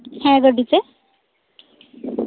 ᱦᱮᱸ ᱜᱟᱹᱰᱤ ᱛᱮ